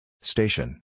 Station